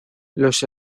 los